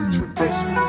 tradition